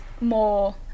more